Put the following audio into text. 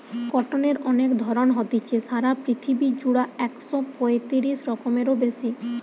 কটনের অনেক ধরণ হতিছে, সারা পৃথিবী জুড়া একশ পয়তিরিশ রকমেরও বেশি